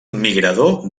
migrador